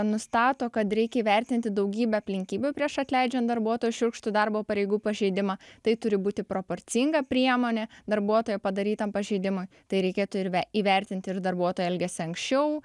nustato kad reikia įvertinti daugybę aplinkybių prieš atleidžiant darbuotoją už šiurkštų darbo pareigų pažeidimą tai turi būti proporcinga priemonė darbuotojo padarytam pažeidimui tai reikėtų ir ver įvertinti ir darbuotojo elgesį anksčiau